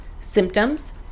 symptoms